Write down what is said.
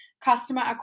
customer